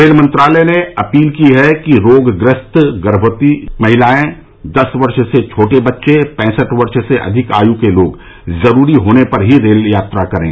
rail मंत्रालय ने appeal की है कि रोगग्रस्त व्यक्ति गर्भवती महिलाएं दस वर्ष से छोटे बच्चे पैंसठ वर्ष से अधिक आय के लोग जरूरी होने पर ही रेल यात्रा करें